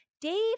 Dave